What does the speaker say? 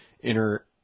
inner